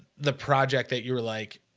the project that you were like,